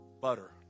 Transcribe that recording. butter